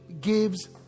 gives